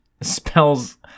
spells